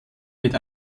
mit